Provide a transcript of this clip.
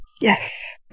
yes